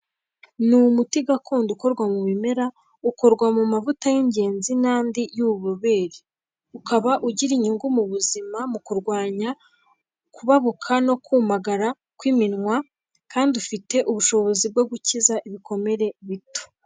Ni umuti gakondo ukorwa mu bimera, ukorwa mu mavuta y'ingenzi n'andi y'ububoberi. Ukaba ugira inyungu mu buzima mu kurwanya kubabuka no kumagara kw'iminwa, kandi ufite ubushobozi bwo gukiza ibikomere bito.